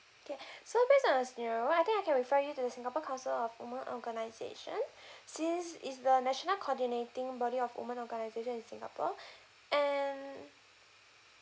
okay so that's a nearer one but I think I can refer you to singapore council of women organisation since it's the national coordinating body of women organisation in singapore and